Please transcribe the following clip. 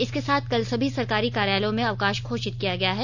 इसके साथ कल सभी सरकारी कार्यालयों में अवकाश घोषित किया गया है